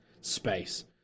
space